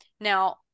Now